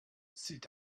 c’est